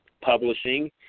publishing